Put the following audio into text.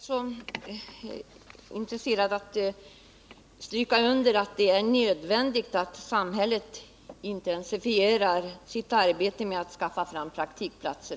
Fru talman! Jag vill bara stryka under att det är nödvändigt att samhället också intensifierar sitt arbete med att skaffa fram praktikplatser.